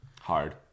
Hard